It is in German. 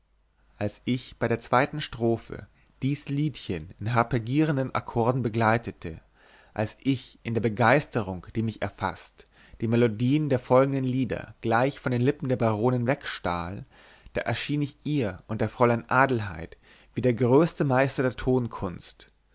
als ich bei der zweiten strophe dies liedchen in harpeggierenden akkorden begleitete als ich in der begeisterung die mich erfaßt die melodien der folgenden lieder gleich von den lippen der baronin wegstahl da erschien ich ihr und der fräulein adelheid wie der größte meister der